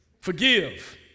Forgive